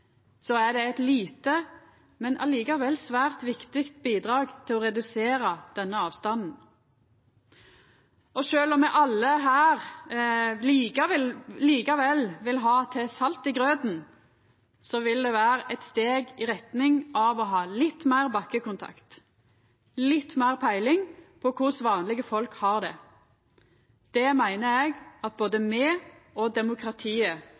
er det eit lite, men likevel svært viktig bidrag til å redusera denne avstanden. Sjølv om me alle her likevel vil ha til salt i grauten, vil det vera eit steg i retning av å ha litt meir bakkekontakt, litt meir peiling på korleis vanlege folk har det. Det meiner eg at både me og demokratiet